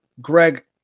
Greg